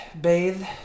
bathe